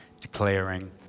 declaring